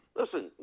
listen